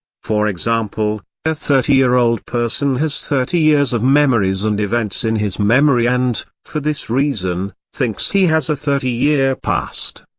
for example, a thirty year old person has thirty years of memories and events in his memory and, for this reason, thinks he has a thirty year past.